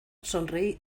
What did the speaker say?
sonreí